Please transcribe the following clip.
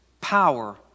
power